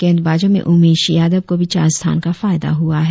गेंदबाजों में उमेश यादव को भी चार स्थान का फायदा हुआ है